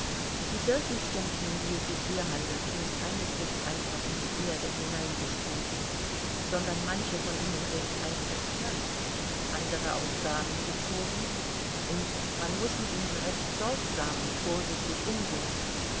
die birkenstämmchen um die es sich hier handelt sind keineswegs einfach in die erde hineingestoßen sondern manche von ihnen sind eingepflanzt andere aus samen gezogen und man muß mit ihnen recht sorgsam und vorsichtig umgehen